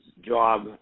job